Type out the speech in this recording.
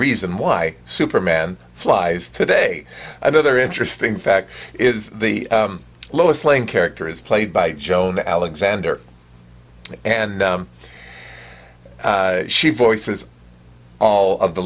reason why superman flies today another interesting fact is the lois lane character is played by joan alexander and she voices all of the